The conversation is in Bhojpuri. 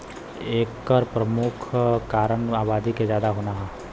एकर परमुख कारन आबादी के जादा होना हौ